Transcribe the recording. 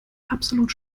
absolut